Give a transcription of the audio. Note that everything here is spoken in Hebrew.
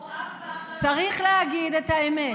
הוא אף פעם לא שכנע, צריך להגיד את האמת.